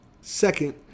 Second